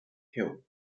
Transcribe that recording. hill